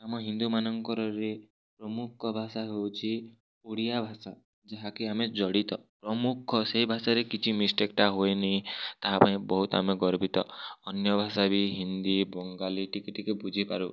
ଆମ ହିନ୍ଦୁମାନଙ୍କରରେ ପ୍ରମୁଖ ଭାଷା ହେଉଛି ଓଡ଼ିଆ ଭାଷା ଯାହାକି ଆମେ ଜଡ଼ିତ ପ୍ରମୁଖ ସେ ଭାଷାରେ କିଛି ମିଷ୍ଟେକଟା ହୁଏ ନି ତା' ପାଇଁ ବହୁତ ଆମେ ଗର୍ବିତ ଅନ୍ୟ ଭାଷା ବି ହିନ୍ଦୀ ବଙ୍ଗାଳୀ ଟିକିଏ ଟିକିଏ ବୁଝିପାରୁ